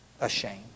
ashamed